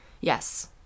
Yes